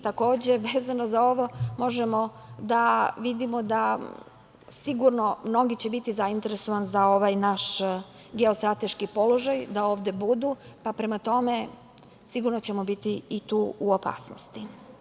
Takođe, vezano za ovo možemo da vidimo da će sigurno mnogi biti zainteresovani za ovaj naš geostrateški položaj da budu ovde, pa prema tome, sigurno ćemo biti i tu u opasnosti.